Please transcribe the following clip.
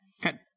Good